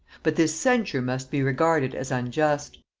but this censure must be regarded as unjust.